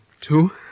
Two